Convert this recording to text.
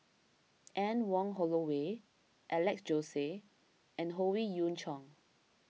Anne Wong Holloway Alex Josey and Howe Yoon Chong